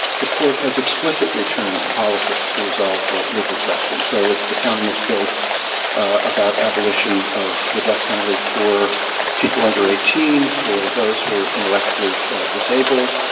the court has explicitly turned to politics to resolve the legal question. so it's the counting of states about abolition of the death penalty for people under eighteen for those who are intellectually disabled,